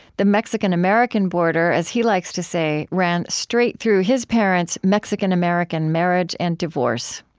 the mexican-american border, as he likes to say, ran straight through his parents' mexican-american marriage and divorce.